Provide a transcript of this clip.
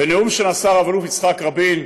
בנאום שנשא רב-אלוף יצחק רבין,